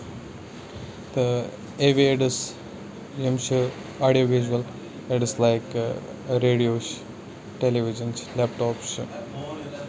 تہٕ ایویڈٕس یِم چھِ audio visual evidence like radio چھِ ٹیلِوِجن چھِ لیپٹاپ چھِ